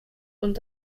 und